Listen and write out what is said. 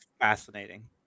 fascinating